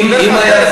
אם היה,